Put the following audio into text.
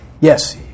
Yes